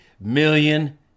million